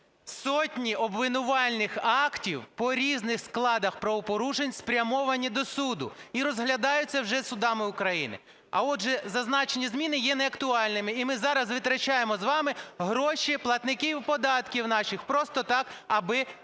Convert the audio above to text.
Сотні обвинувальних актів по різних складах правопорушень спрямовані до суду і розглядаються вже судами України. А, отже, зазначені зміни є неактуальними, і ми зараз витрачаємо з вами гроші платників податків наших просто так, аби поговорити.